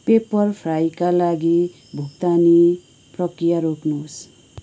pepper फ्राईका लागि भुक्तानी प्रक्रिया रोक्नुहोस्